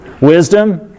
Wisdom